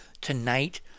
tonight